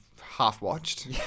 half-watched